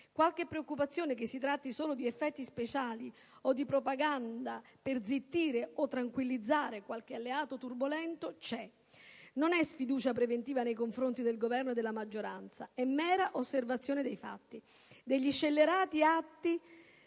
qualche preoccupazione che si tratti solo di effetti speciali o di propaganda per zittire o tranquillizzare qualche alleato turbolento c'è. Non è sfiducia preventiva nei confronti del Governo e della maggioranza: è mera osservazione dei fatti, degli scellerati atti